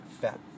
fat